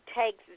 take